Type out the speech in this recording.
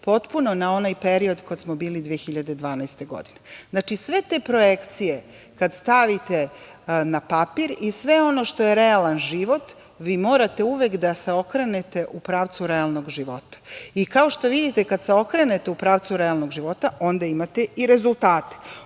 potpuno na onaj period kad smo bili 2012. godine. Znači, sve te projekcije kad stavite na papir i sve ono što je realan život, vi morate uvek da se okrenete u pravcu realnog života. Kao što vidite, kad se okrenete u pravcu realnog života, onda imate i rezultate.